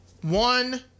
One